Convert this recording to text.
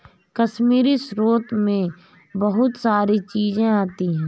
कश्मीरी स्रोत मैं बहुत सारी चीजें आती है